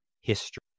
history